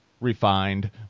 refined